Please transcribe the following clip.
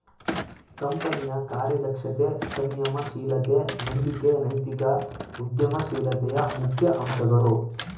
ಕಂಪನಿಯ ಕಾರ್ಯದಕ್ಷತೆ, ಸಂಯಮ ಶೀಲತೆ, ನಂಬಿಕೆ ನೈತಿಕ ಉದ್ಯಮ ಶೀಲತೆಯ ಮುಖ್ಯ ಅಂಶಗಳು